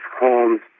homes